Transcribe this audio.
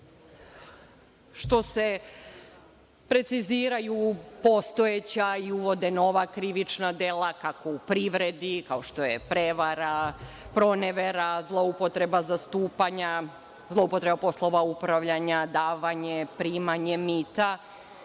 što se preciziraju postojeća i uvode nova krivična dela, kako u privredu, kao što je prevara, pronevera, zloupotreba zastupanja, zloupotreba poslova upravljanja, davanje, primanje mita.